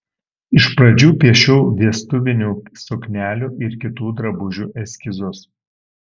iš pradžių piešiau vestuvinių suknelių ir kitų drabužių eskizus